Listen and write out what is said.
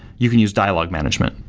you can use dialog management.